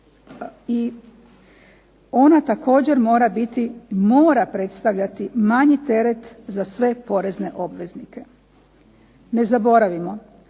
i ona također mora predstavljati manji teret za sve porezne obveznike. Ne zaboravimo,